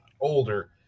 older